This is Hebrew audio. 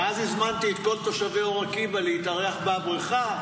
ואז הזמנתי את כל תושבי אור עקיבא להתארח בבריכה,